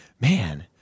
man